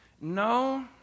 No